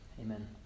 Amen